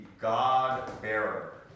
god-bearer